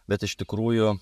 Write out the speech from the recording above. bet iš tikrųjų